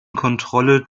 kontrolle